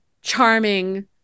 charming